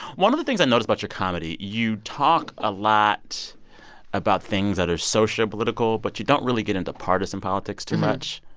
one of the things i notice about your comedy, you talk a lot about things that are socio-political, but you don't really get into partisan politics too much.